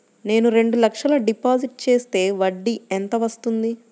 నేను రెండు లక్షల డిపాజిట్ చేస్తే వడ్డీ ఎంత వస్తుంది?